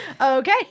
Okay